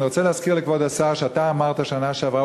אני רוצה להזכיר לכבוד השר שאתה אמרת בשנה שעברה,